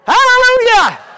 Hallelujah